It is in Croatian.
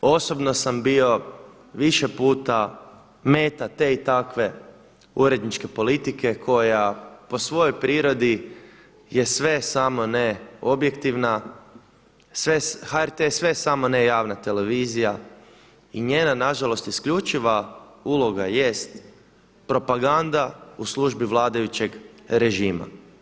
Osobno sam bio više puta meta te i takve uredničke politike koja po svojoj prirodi je sve samo ne objektivna, HRT sve samo ne javna televizija i njena na žalost isključiva uloga jest propaganda u službi vladajućeg režima.